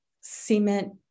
cement